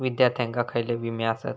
विद्यार्थ्यांका खयले विमे आसत?